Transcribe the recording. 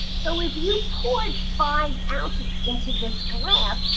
so if you poured five ounces into this glass,